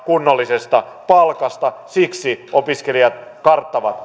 kunnollisesta palkasta puhumattakaan siksi opiskelijat karttavat